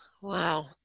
Wow